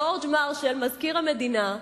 ג'ורג' מרשל, מזכיר המדינה,